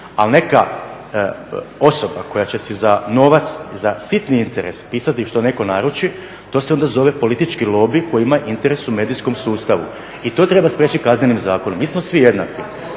Ali neka osoba koja će si za novac za sitni interes pisati što neko naruči, to se onda zove politički lobi koji ima interes u medijskom sustavu i to treba spriječiti kaznenim zakonom. Mi smo svi jednaki.